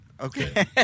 Okay